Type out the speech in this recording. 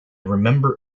remember